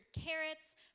carrots